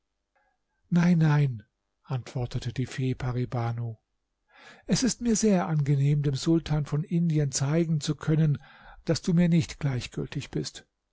nein nein antwortete die fee pari banu es ist mir sehr angenehm dem sultan von indien zeigen zu können daß du mir nicht gleichgültig bist